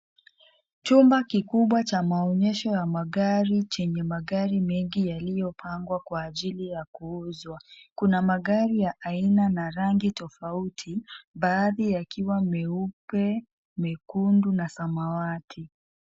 Chumba kikubwa cha maonyesho ya magari chenye magari mengi yaliyopangwa kwa ajili ya kuuzwa. Kuna magari ya aina na rangi tofauti baadhi yakiwa meupe, mekundu na samawati.